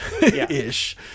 ish